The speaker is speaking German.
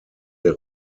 der